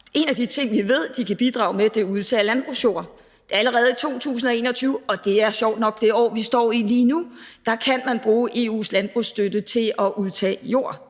En af de ting, vi ved landbruget kan bidrage med, er at udtage landbrugsjord. Allerede i 2021, og det er sjovt nok det år, vi står i lige nu, kan man bruge EU's landbrugsstøtte til at udtage jord.